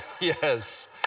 yes